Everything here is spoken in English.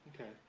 okay